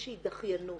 באיזושהי דחיינות